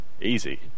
easy